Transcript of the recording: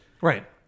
Right